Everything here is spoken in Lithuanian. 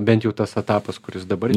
bent jau tas etapas kuris dabar